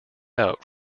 out